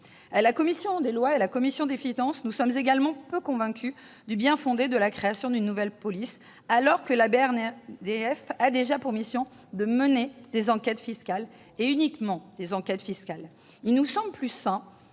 La commission des lois et la commission des finances sont également peu convaincues du bien-fondé de la création d'une nouvelle police, alors que la BNRDF a déjà pour mission de mener des enquêtes fiscales, et uniquement cela. Il nous semble plus sain